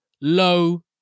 low